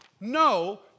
No